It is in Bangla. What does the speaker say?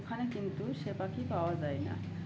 ওখানে কিন্তু সে পাখি পাওয়া যায় না